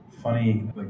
funny